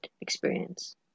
experience